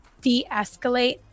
de-escalate